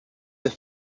that